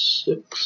six